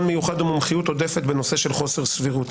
מיוחד או מומחיות עודפת בנושא של חוסר סבירות.